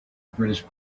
british